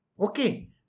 Okay